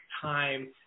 time